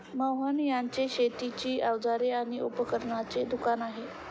मोहन यांचे शेतीची अवजारे आणि उपकरणांचे दुकान आहे